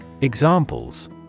Examples